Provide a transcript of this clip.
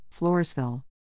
Floresville